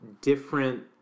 different